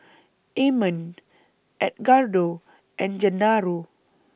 Amon Edgardo and Gennaro